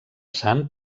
sant